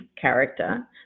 character